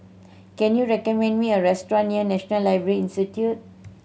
can you recommend me a restaurant near National Library Institute